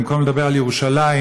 ובמקום לדבר על ירושלים,